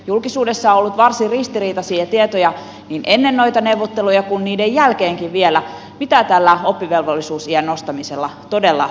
julkisuudessa on ollut varsin ristiriitaisia tietoja niin ennen noita neuvotteluja kuin niiden jälkeenkin vielä mitä tällä oppivelvollisuusiän nostamisella todella on tarkoitettu